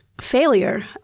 failure